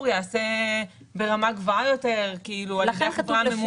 ייעשה ברמה גבוהה יותר על ידי החברה הממונה.